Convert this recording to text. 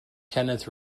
kenneth